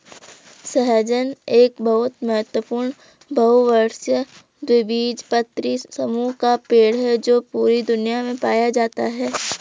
सहजन एक बहुत महत्वपूर्ण बहुवर्षीय द्विबीजपत्री समूह का पेड़ है जो पूरी दुनिया में पाया जाता है